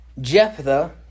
Jephthah